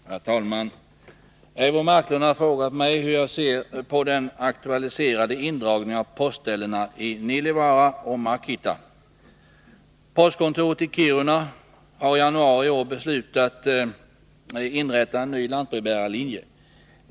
Herr talman! Eivor Marklund har frågat mig hur jag ser på den på aktualiserade indragningen av postställen i Nilivaara och Markitta. Postkontoret i Kiruna har i januari i år beslutat inrätta en ny lantbrevbärarlinje.